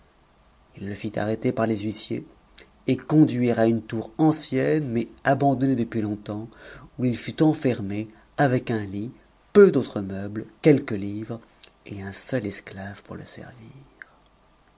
h le fit arr pr par les huissiers et conduire à une tour ancienne mais abandonnée ppuis longtemps où il fut eniermé avec un lit peu d'autres meubles i e qups livres et un seul esclave pour le servir